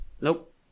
Nope